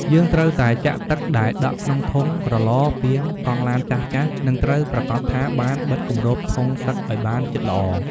យើងត្រូវតែចាក់ទឹកដែលដក់ក្នុងធុង ក្រឡ ពាង កង់ឡានចាស់ៗ និងត្រូវប្រាកដថាបានបិទគម្របធុងទឹកឲ្យបានជិតល្អ។